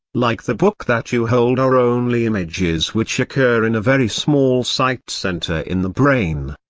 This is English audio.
like the book that you hold are only images which occur in a very small sight center in the brain.